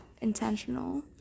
intentional